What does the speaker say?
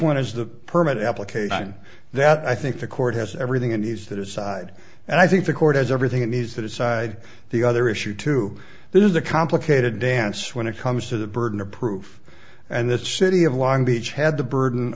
one is the permit application that i think the court has everything and he's to decide and i think the court has everything it needs to decide the other issue too this is a complicated dance when it comes to the burden of proof and the city of long beachhead the burden